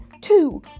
two